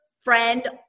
friend